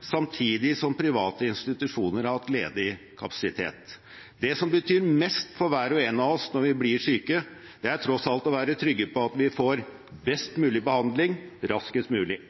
samtidig som private institusjoner har hatt ledig kapasitet. Det som betyr mest for hver og en av oss når vi blir syke, er tross alt at vi kan være trygge på at vi får best mulig behandling raskest mulig.